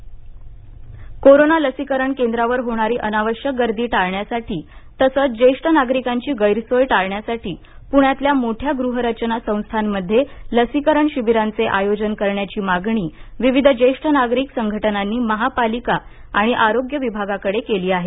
लसीकरण कोरोना लसीकरण केंद्रावर होणारी अनावश्यक गर्दी टाळण्यासाठी तसंच ज्येष्ठ नागरिकांची गैरसोय टाळण्यासाठी पुण्यातल्या मोठ्या गृहरचना संस्थांमध्ये लसीकरण शिबिरांचे आयोजन करण्याची मागणी विविध ज्येष्ठ नागरिक संघटनांनी महापालिका आणि आरोग्य विभागाकडे केली आहे